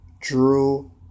Drew